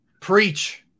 Preach